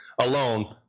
alone